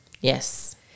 Yes